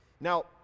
Now